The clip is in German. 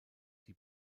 die